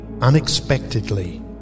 unexpectedly